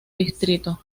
distrito